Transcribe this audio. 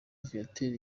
viateur